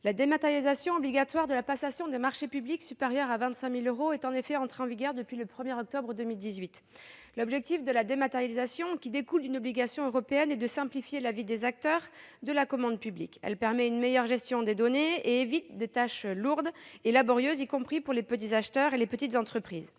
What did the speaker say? La dématérialisation obligatoire de la passation des marchés publics supérieurs à 25 000 euros est en effet en vigueur depuis le 1 octobre dernier. L'objectif de cette dématérialisation, qui découle d'une obligation européenne, est de simplifier la vie des acteurs de la commande publique. Elle permet une meilleure gestion des données et évite des tâches lourdes et laborieuses, y compris pour les petits acheteurs et les petites entreprises.